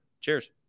Cheers